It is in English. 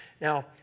Now